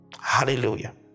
hallelujah